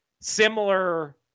similar